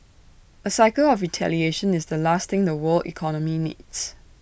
A cycle of retaliation is the last thing the world economy needs